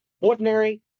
ordinary